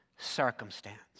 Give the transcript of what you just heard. Circumstance